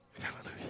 Hallelujah